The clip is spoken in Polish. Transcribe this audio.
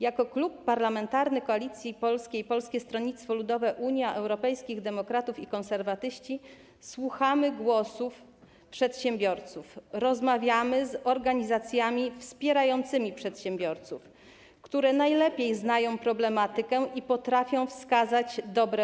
Jako Klub Parlamentarny Koalicja Polska - Polskie Stronnictwo Ludowe, Unia Europejskich Demokratów i Konserwatyści słuchamy głosu przedsiębiorców, rozmawiamy z organizacjami wspierającymi przedsiębiorców, które najlepiej znają problematykę i potrafią wskazać dobre